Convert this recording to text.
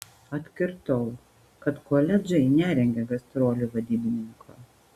atkirtau kad koledžai nerengia gastrolių vadybininko